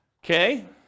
Okay